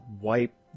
wipe